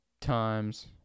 times